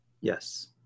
Yes